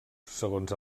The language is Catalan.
segons